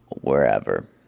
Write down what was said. wherever